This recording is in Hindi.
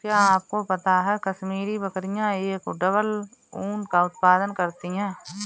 क्या आपको पता है कश्मीरी बकरियां एक डबल ऊन का उत्पादन करती हैं?